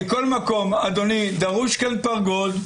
אדוני, מכל מקום דרוש כאן פרגוד.